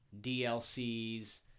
DLCs